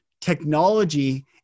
technology